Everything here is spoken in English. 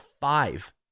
five